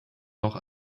noch